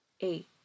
eight